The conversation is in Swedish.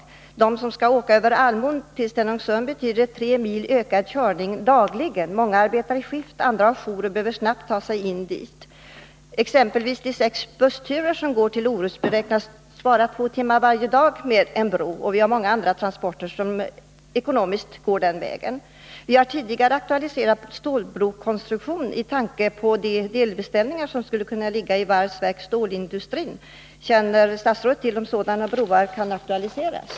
Om vissa färje Om de skall åka över Almön till Stenungsund betyder det tre mils ökad och broförbindelkörning dagligen. Många arbetar i skift, andra har jour och behöver snabbtta ser sig till Stenungsund. För exempelvis de sex bussturer som går till Orust beräknas en bro spara två timmars tid varje dag. Många andra transporter går den vägen. Vi har tidigare aktualiserat en stålbrokonstruktion med tanke på de delbeställningar som skulle kunna göras hos varvs-, verkstadsoch stålindustrin. Känner statsrådet till om sådana broar kan aktualiseras?